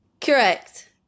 Correct